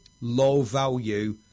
low-value